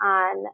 on